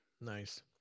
Nice